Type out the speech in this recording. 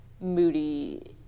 Moody